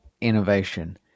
innovation